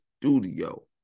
studio